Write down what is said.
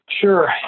Sure